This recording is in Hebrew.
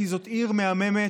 כי זו עיר מהממת,